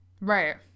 Right